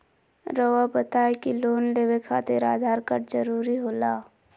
रौआ बताई की लोन लेवे खातिर आधार कार्ड जरूरी होला?